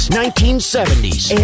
1970s